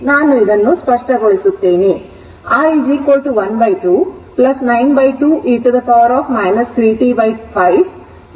ಆದ್ದರಿಂದ ನಾನು ಇದನ್ನು ಸ್ಪಷ್ಟಗೊಳಿಸುತ್ತೇನೆ